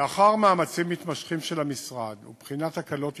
לאחר מאמצים מתמשכים של המשרד ובחינת הקלות ייחודיות,